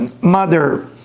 Mother